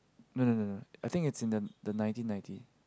no no no no I think it's in the the nineteen ninety